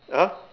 !huh!